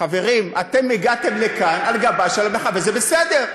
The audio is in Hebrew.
חברים, אתם הגעתם לכאן על גבה של המחאה, וזה בסדר.